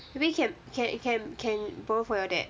maybe can can can can borrow for your dad